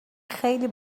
خیلی